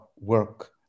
work